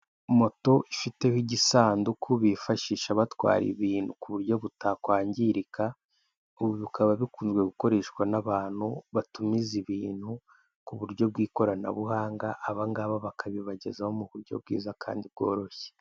Moto ifiteho igisanduku bifashisha batwara ibintu ku buryo butakwangirika, ubu bikaba bikunze gukoreshwa n'abantu batumiza ibintu ku buryo bw'ikoranabuhanga, aba ngabo bakabibagezaho mu buryo bwiza kandi bworoshye.